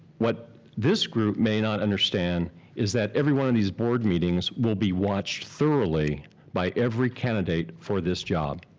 what this group may not understand is that every one of these board meetings will be watched thoroughly by every candidate for this job.